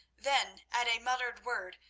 then, at a muttered word,